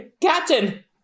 Captain